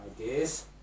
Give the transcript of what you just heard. ideas